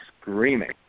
screaming